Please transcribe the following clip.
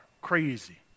crazy